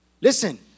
Listen